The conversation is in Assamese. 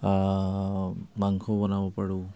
মাংস বনাব পাৰোঁ